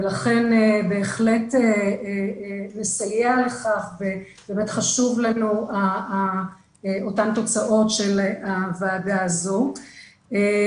ולכן בהחלט נסייע לנו וחשובות לנו אותן תוצאות של הוועדה הזאת.